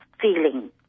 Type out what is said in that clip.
feeling